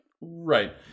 Right